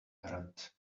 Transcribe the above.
errand